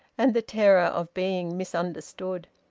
and the terror of being misunderstood.